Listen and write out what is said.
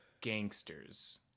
gangsters